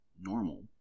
normal